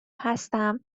هستم